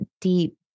deep